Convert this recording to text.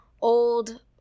old